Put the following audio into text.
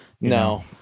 No